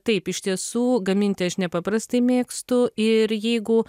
taip iš tiesų gaminti aš nepaprastai mėgstu ir jeigu